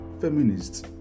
Feminists